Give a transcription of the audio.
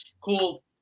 cool